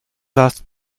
last